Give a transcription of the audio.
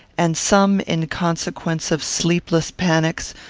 and some, in consequence of sleepless panics,